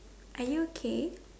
are you okay